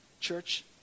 Church